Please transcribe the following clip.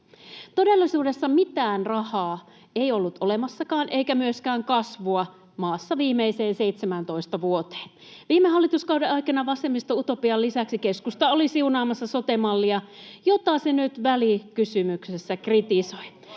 Todellisuudessa mitään rahaa ei ollut olemassakaan eikä myöskään kasvua maassa viimeiseen 17 vuoteen. Viime hallituskauden aikana vasemmistoutopian lisäksi keskusta oli siunaamassa sote-mallia, jota se nyt välikysymyksessä kritisoi.